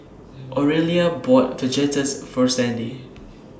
Aurelia bought Fajitas For Sandy